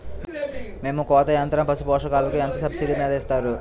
మేత కోత యంత్రం పశుపోషకాలకు ఎంత సబ్సిడీ మీద ఇస్తారు?